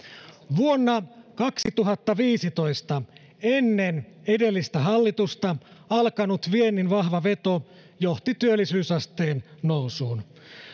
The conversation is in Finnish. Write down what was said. vuonna kaksituhattaviisitoista ennen edellistä hallitusta alkanut viennin vahva veto johti työllisyysasteen nousuun